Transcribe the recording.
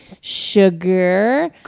sugar